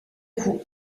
coup